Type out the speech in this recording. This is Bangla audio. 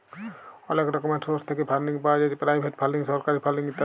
অলেক রকমের সোর্স থ্যাইকে ফাল্ডিং পাউয়া যায় পেরাইভেট ফাল্ডিং, সরকারি ফাল্ডিং ইত্যাদি